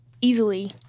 easily